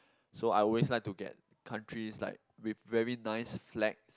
so I always like to get countries like with very nice flags